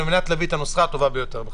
על מנת להביא את הנוסחה הטובה ביותר.